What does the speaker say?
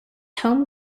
home